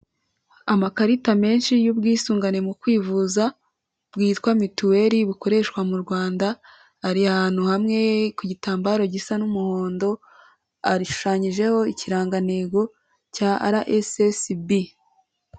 Amakarita menshi y'ubwisungane mu kwivuza, bwitwa mituweri bukoreshwa mu Rwanda, ari ahantu hamwe ku gitambaro gisa n'umuhondo, ashushanyijeho ikirangantego cya RSSB.